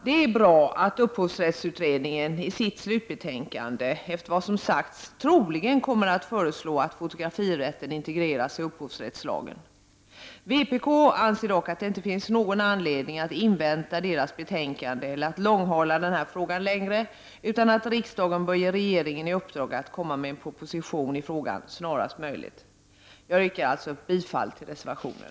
Det är bra att upphovsrättsutredningen i sitt slutbetänkande — efter vad som sagts — troligen kommer att föreslå att fotografirätten integreras i upphovsrättslagen. Vpk anser dock att det inte finns någon anledning att invänta utredningens betänkande eller att långhala den här frågan längre. Riksdagen bör i stället ge regeringen i uppdrag att lämna en proposition i frågan snarast möjligt. Jag yrkar alltså bifall till reservationen.